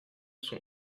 son